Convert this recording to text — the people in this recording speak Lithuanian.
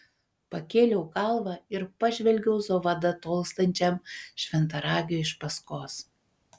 pakėliau galvą ir pažvelgiau zovada tolstančiam šventaragiui iš paskos